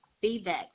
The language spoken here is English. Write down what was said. feedback